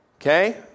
Okay